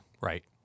right